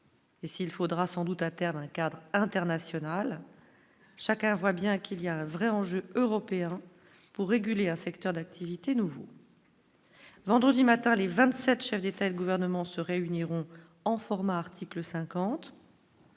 Et s'il faudra sans doute à terme un cadre international, chacun voit bien qu'il y a un vrai enjeu européen pour réguler un secteur d'activité nouveau. Vendredi matin, les 27 chefs d'État et de gouvernement se réuniront en format article 50.